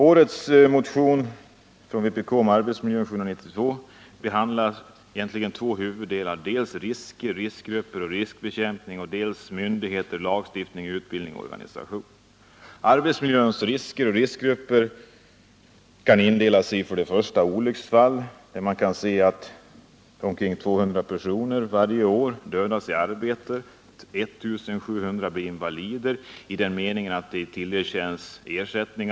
Årets vpk-motion om arbetsmiljön, nr 792, behandlar egentligen två huvudområden, nämligen dels risker, riskgrupper och riskbekämpning, dels myndigheter, lagstiftning, utbildning och organisation. Arbetsmiljöns risker och riskgrupper kan indelas enligt följande: Olycksfall. Omkring 200 personer dödas i arbetet varje år. 1 700 blir invalider i den meningen att de tillerkänns ersättning.